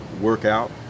workout